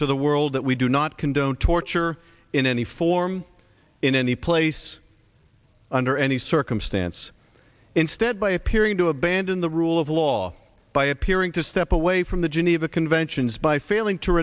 to the world that we do not condone torture in any form in any place under any circumstance instead by appearing to abandon the rule of law by appearing to step away from the geneva conventions by failing to